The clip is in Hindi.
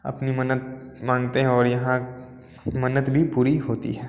अपनी मन्नत माँगते हैं और यहाँ मन्नत भी पूरी होती है